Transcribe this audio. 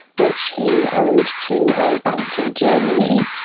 which he owed to a bank in germany.